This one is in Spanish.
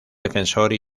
defensor